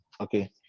okay